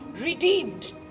Redeemed